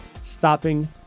stopping